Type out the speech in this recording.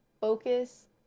focus